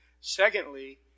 Secondly